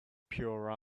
pure